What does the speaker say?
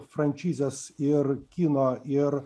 frančizes ir kino ir